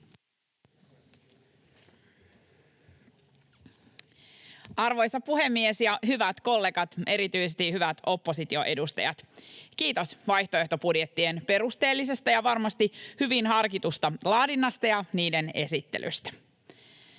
Arvoisa puhemies! Hyvät kollegat, erityisesti hyvät oppositioedustajat! Kiitos vaihtoehtobudjettien perusteellisesta ja varmasti hyvin harkitusta laadinnasta ja niiden esittelystä.